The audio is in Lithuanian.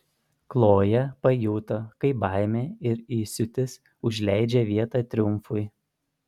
kloja pajuto kaip baimė ir įsiūtis užleidžia vietą triumfui